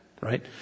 Right